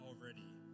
already